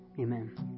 Amen